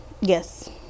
yes